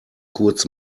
kurz